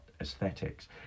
aesthetics